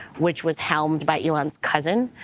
which was helmed by elon's cousin.